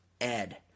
Ed